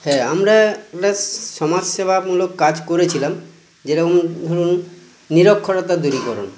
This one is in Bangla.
হ্যাঁ আমরা আমরা সমাজ সেবামূলক কাজ করেছিলাম যেরকম ধরুন নিরক্ষরতা দূরীকরণ